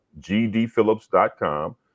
gdphillips.com